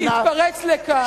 התפרץ לכאן.